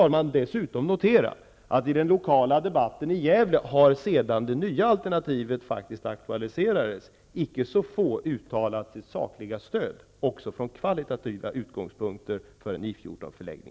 Får jag dessutom notera att icke så få i den lokala debatten i Gävle, sedan det nya alternativet aktualiserades, har uttalat sitt sakliga stöd, också från kvalitativa utgångspunkter, för en